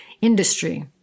industry